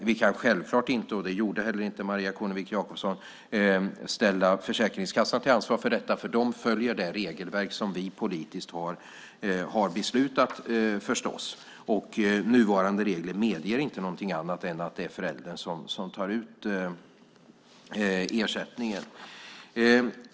Vi kan självklart inte, och det gjorde heller inte Maria Kornevik Jakobsson, ställa Försäkringskassan till ansvar för detta. De följer förstås det regelverk som vi politiskt har beslutat om, och nuvarande regler medger inte något annat än att det är föräldern som tar ut ersättningen.